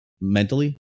mentally